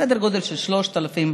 סדר גודל של 3,000 שקלים,